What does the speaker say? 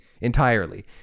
entirely